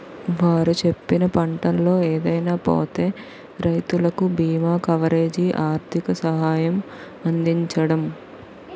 వారు చెప్పిన పంటల్లో ఏదైనా పోతే రైతులకు బీమా కవరేజీ, ఆర్థిక సహాయం అందించడం